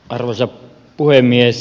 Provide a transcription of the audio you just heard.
arvoisa puhemies